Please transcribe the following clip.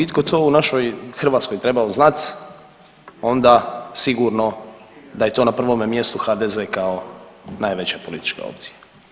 I ako bi itko to u našoj Hrvatskoj trebao znat onda sigurno da je to na prvome mjestu HDZ kao najveća politička opcija.